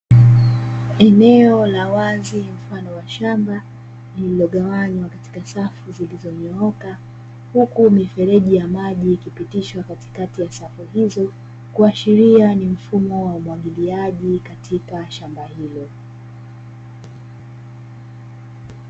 Eneo la wazi mfano wa shamba lililogawanywa katika safu zilizonyooka huku mifereji ya maji ikipitishwa katikati ya safu hizo kuashiria ni mfumo wa umwagiliaji katika shamba hilo.